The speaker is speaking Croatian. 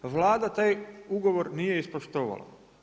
Vlada taj ugovor nije ispoštovali.